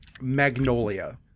Magnolia